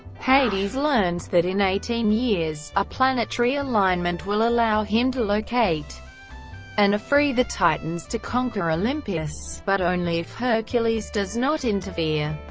hades learns that in eighteen years, a planetary alignment will allow him to locate and free the titans to conquer olympus, but only if hercules does not interfere.